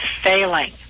failing